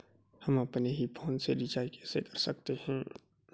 हम अपने ही फोन से रिचार्ज कैसे कर सकते हैं?